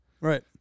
Right